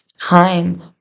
time